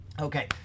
Okay